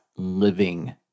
living